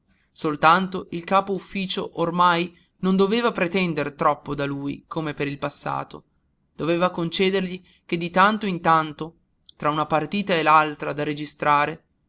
soltanto il capo-ufficio ormai non doveva pretender troppo da lui come per il passato doveva concedergli che di tanto in tanto tra una partita e l'altra da registrare